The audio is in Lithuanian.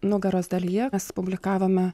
nugaros dalyje mes publikavome